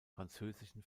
französischen